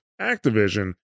Activision